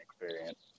experience